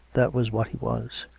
that was what he was.